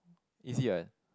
easy right